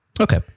Okay